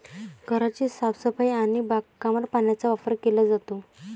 घराची साफसफाई आणि बागकामात पाण्याचा वापर केला जातो